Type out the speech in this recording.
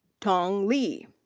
tong li.